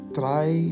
try